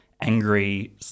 angry